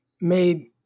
made